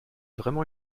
vraiment